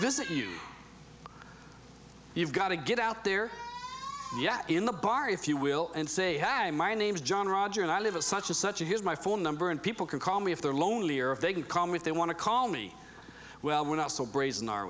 visit you you've got to get out there yet in the bar if you will and say had my name is john roger and i live a such a such a here's my phone number and people can call me if they're lonely or if they can call me if they want to call me well we're not so brazen are